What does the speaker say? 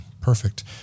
Perfect